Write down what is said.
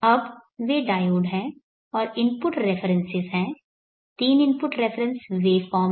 अब वे डायोड है और इनपुट रेफरेंसेस हैं तीन इनपुट रेफरेंस वेवफॉर्म हैं